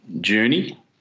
journey